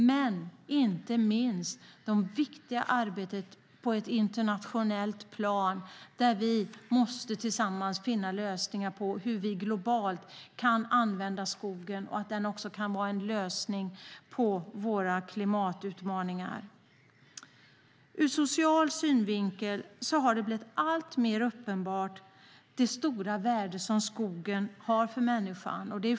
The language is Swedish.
Och inte minst har vi det viktiga arbetet på det internationella planet. Där måste vi tillsammans finna lösningar för hur vi globalt kan använda skogen, för att se om skogen kan vara en lösning på våra klimatutmaningar. Ur social synvinkel har det blivit alltmer uppenbart vilket stort värde skogen har för människan.